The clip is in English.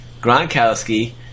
Gronkowski